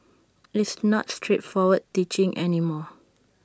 it's not straightforward teaching any more